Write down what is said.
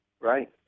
Right